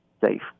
safe